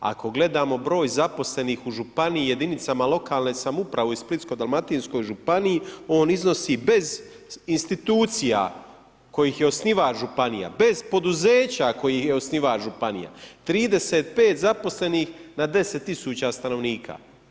Ako gledamo broj zaposlenih u županijama, jedinicama lokalne samouprave i Splitsko-dalmatinskoj županiji on iznosi bez institucija kojih je osnivač županija, bez poduzeća kojih je osnivač županija 35 zaposlenih na 10 tisuća stanovnika.